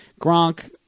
Gronk